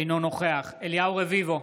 אינו נוכח אליהו רביבו,